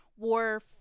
War